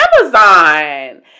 Amazon